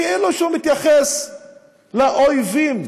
כאילו שהוא מתייחס לאויבים